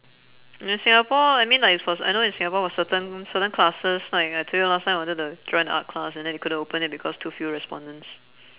in singapore I mean like it's for ce~ I know in singapore for certain certain classes like I told you last time I wanted to join art class and then they couldn't open it because too few respondents